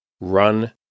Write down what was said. run